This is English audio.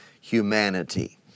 humanity